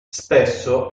spesso